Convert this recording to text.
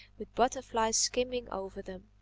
with butterflies skimming over them.